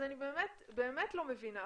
אז אני באמת לא מבינה.